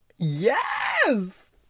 Yes